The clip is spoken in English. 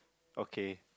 okay